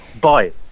bye